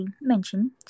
mentioned